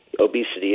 obesity